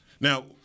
Now